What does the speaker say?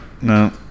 No